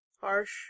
Harsh